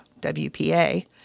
WPA